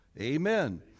Amen